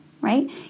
right